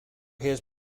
his